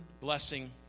Blessing